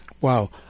Wow